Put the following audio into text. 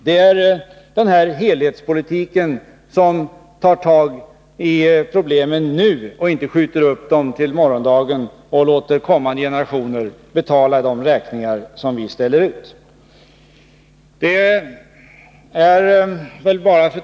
Det är den här politiken som tar tag i problemen nu och inte skjuter upp dem till morgondagen, så att kommande generationer måste betala de räkningar som vi ställer ut. Fru talman!